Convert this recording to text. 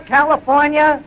California